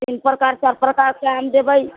तीन प्रकार चारि प्रकार के आम देबै